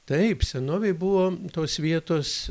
taip senovėj buvo tos vietos